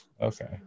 Okay